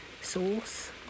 sauce